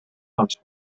pumps